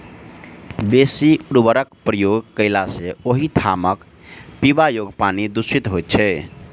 बेसी उर्वरकक प्रयोग कयला सॅ ओहि ठामक पीबा योग्य पानि दुषित होइत छै